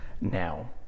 now